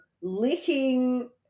licking